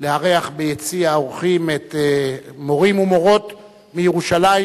לארח ביציע האורחים מורים ומורות מירושלים,